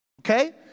okay